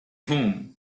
home